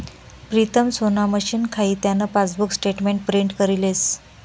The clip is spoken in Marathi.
प्रीतम सोना मशीन खाई त्यान पासबुक स्टेटमेंट प्रिंट करी लेस